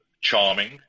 charming